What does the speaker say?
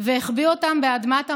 והחביא אותם באדמת המחנה.